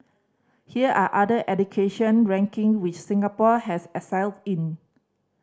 here are other education ranking which Singapore has excelled in